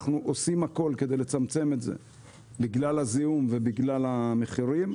אנחנו עושים הכול כדי לצמצם את זה בגלל הזיהום ובגלל המחירים,